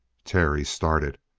terry started.